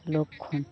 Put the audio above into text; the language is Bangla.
লক্ষণ